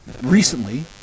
recently